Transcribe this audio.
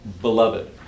beloved